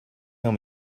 tell